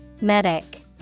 Medic